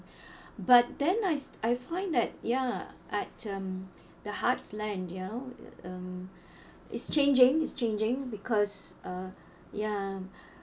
but then I I find that ya at um the heartland you know um is changing is changing because uh ya